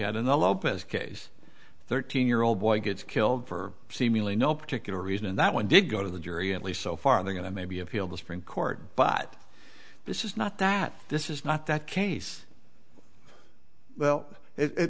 had in the lopez case thirteen year old boy gets killed for seemingly no particular reason and that one did go to the jury at least so far that i maybe appealed the supreme court but this is not that this is not that case well it